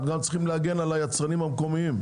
אנחנו גם צריכים להגן על היצרנים המקומיים.